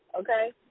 okay